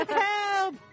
Help